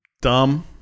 dumb